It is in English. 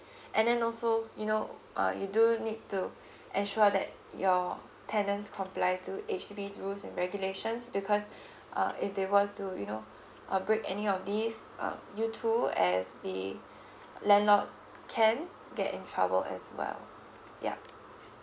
and then also you know uh you do need to ensure that your tenants comply to H_D_B's rules and regulations because uh if they were to you know uh break any of these uh you too as they landlord can get in trouble as well yup